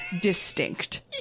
distinct